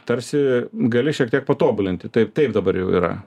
tarsi gali šiek tiek patobulinti taip taip dabar jau yra